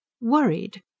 Worried